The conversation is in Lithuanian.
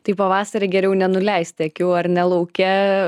tai pavasarį geriau nenuleisti akių ar ne lauke